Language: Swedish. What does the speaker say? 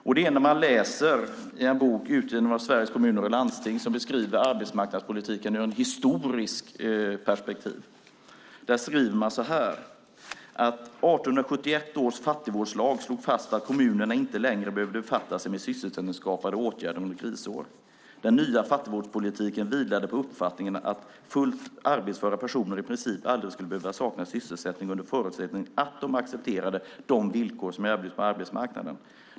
Man kan läsa om det i en bok utgiven av Sveriges Kommuner och Landsting som beskriver arbetsmarknadspolitiken i ett historiskt perspektiv. Där skriver man så här: "1871 års fattigvårdslag slog fast att kommunerna inte längre behövde befatta sig med sysselsättningsskapande åtgärder under krisår. Den nya fattigvårdspolitiken vilade på uppfattningen att fullt arbetsföra personer i princip aldrig skulle behöva sakna sysselsättning, under förutsättning att de accepterade de villkor som erbjuds på arbetsmarknaden.